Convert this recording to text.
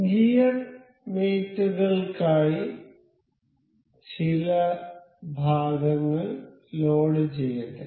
gear mate കൾക്കായി ചില ഭാഗങ്ങൾ ലോഡ് ചെയ്യട്ടെ